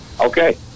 Okay